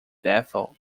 bethel